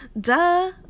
duh